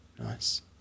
Nice